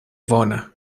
bona